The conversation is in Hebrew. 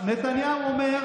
לא קשה לי,